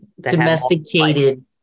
Domesticated